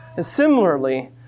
Similarly